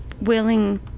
willing